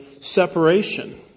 separation